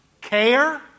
care